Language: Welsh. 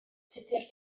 tudur